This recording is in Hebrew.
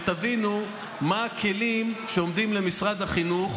כדי שתבינו מה הכלים שעומדים לפני משרד החינוך